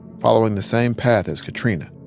following the same path as katrina